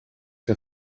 que